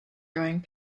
growing